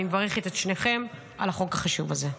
אני מברכת את שניכם על החוק החשוב הזה.